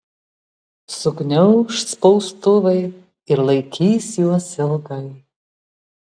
sugniauš spaustuvai ir laikys juos ilgai